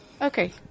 okay